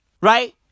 right